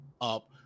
up